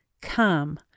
Come